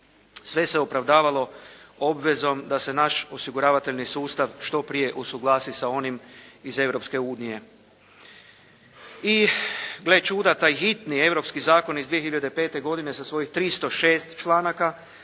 Sve se opravdavalo obvezom da se naš osiguravateljni sustav što prije usuglasi sa onim iz Europske unije. I gle čuda taj hitni europski zakon iz 2005. godine sa svojih 306 članaka,